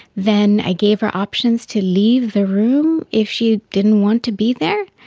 then i gave her options to leave the room if she didn't want to be there.